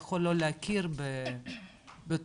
יכול לא להכיר בתעודה,